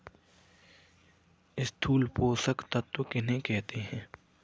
स्थूल पोषक तत्व किन्हें कहते हैं?